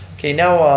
okay now,